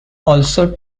also